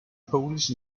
polish